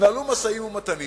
התנהלו משאים-ומתנים